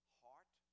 heart